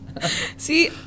See